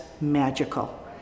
magical